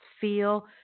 feel